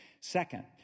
Second